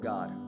God